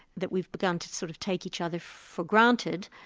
that we've begun to sort of take each other for granted,